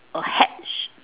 a hat